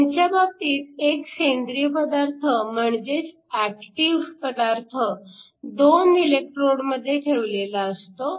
त्यांच्या बाबतीत एक सेंद्रिय पदार्थ म्हणजेच ऍक्टिव्ह पदार्थ दोन इलेकट्रोडमध्ये ठेवलेला असतो